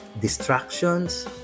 distractions